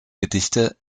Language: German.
gedichte